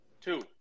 two